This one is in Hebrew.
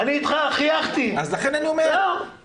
זהו.